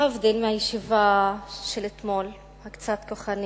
להבדיל מהישיבה של אתמול הקצת כוחנית,